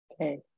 okay